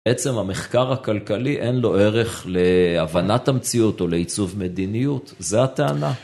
בעצם המחקר הכלכלי אין לו ערך להבנת המציאות או לייצוב מדיניות, זה הטענה.